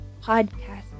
podcast